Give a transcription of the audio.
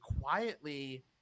quietly